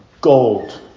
Gold